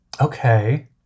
Okay